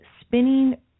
spinning